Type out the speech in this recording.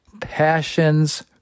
Passions